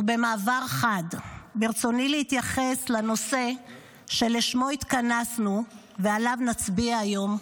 במעבר חד ברצוני להתייחס לנושא שלשמו התכנסנו ושעליו נצביע היום,